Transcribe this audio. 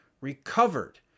recovered